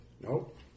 Nope